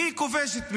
מי כובש את מי?